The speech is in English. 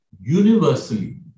universally